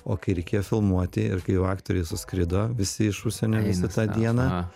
o kai reikėjo filmuoti ir kai jau aktoriai suskrido visi iš užsienio visą tą dieną